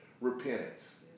Repentance